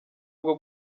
bwo